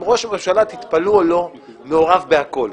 ראש הממשלה, תתפלאו או לא, מעורב בכול.